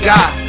God